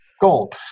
gold